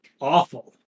awful